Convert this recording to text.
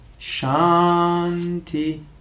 shanti